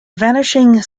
vanishing